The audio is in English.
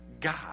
God